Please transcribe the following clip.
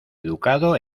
educado